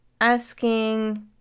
asking